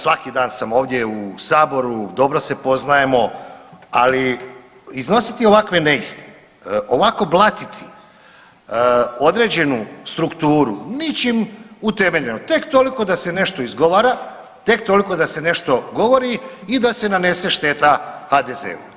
Svaki dan sam ovdje u Saboru, dobro se poznajemo, ali iznositi ovakve neistine, ovako blatiti određenu strukturu ničim utemeljeno, tek toliko da se nešto izgovara, tek toliko da se nešto govori i da se nanese šteta HDZ-u.